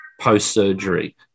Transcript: post-surgery